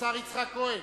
השר יצחק כהן,